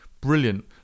Brilliant